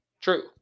True